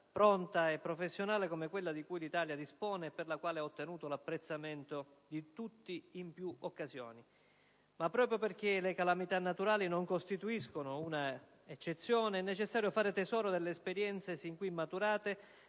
pronta e professionale, come quella di cui l'Italia dispone e per la quale ha ottenuto l'apprezzamento di tutti in più occasioni. Ma proprio perché le calamità naturali non costituiscono un'eccezione, è necessario fare tesoro delle esperienze sin qui maturate,